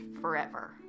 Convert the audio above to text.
forever